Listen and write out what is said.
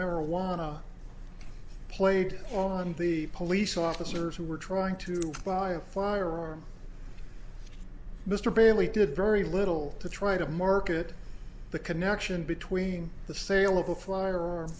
marijuana played on the police officers who were trying to buy a firearm mr bailey did very little to try to market the connection between the sale of a f